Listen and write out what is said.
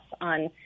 on